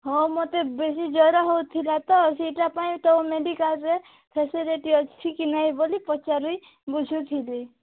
ହଉ ମୋତେ ବେଶୀ ଜର ହେଉଥିଲା ତ ସେଇଟା ପାଇଁ ତ ମେଡିକାଲ୍ରେ ଫ୍ୟାସିଲିଟି ଅଛି କି ନାଇଁ ବୋଲି ପଚାରି ବୁଝୁଥିଲି